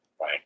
Right